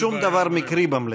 אין שום דבר מקרי במליאה.